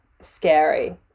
scary